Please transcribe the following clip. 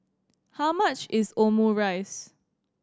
how much is Omurice